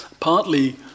Partly